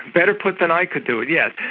better put than i could do it! yes,